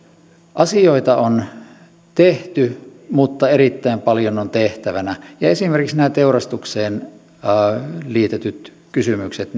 asioita on tehty mutta erittäin paljon on tehtävänä esimerkiksi nämä teurastukseen liitetyt kysymykset